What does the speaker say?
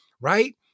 right